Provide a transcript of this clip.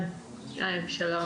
שלום,